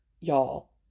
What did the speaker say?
y'all